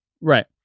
right